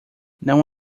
não